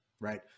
right